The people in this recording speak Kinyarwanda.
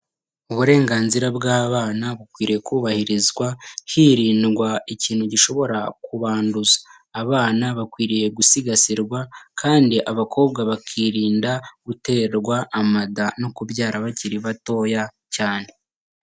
Uburenganzira bw'abana bukwiriye kubahirizwa hirindwa ikintu gishobora kubanduza, abana bakwiriye gusigasirwa kandi abakobwa bakirinda guterwa amada no kubyara bakiri batoya cyane.